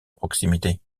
proximité